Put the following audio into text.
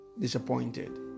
disappointed